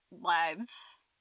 lives